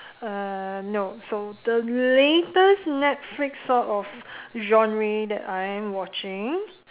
uh no so the latest netflix sort of genre that I am watching